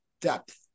depth